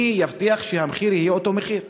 מי יבטיח שהמחיר יהיה אותו מחיר?